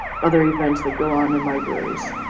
other events that go on in libraries.